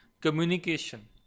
communication